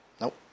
Nope